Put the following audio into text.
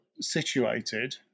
situated